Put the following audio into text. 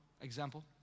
example